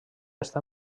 està